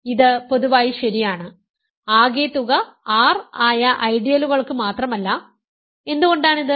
അതിനാൽ ഇത് പൊതുവായി ശരിയാണ് ആകെത്തുക R ആയ ഐഡിയലുകൾക്ക് മാത്രമല്ല എന്തുകൊണ്ടാണിത്